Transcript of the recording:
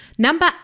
Number